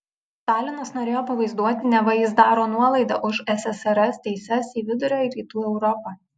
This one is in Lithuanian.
stalinas norėjo pavaizduoti neva jis daro nuolaidą už ssrs teises į vidurio ir rytų europą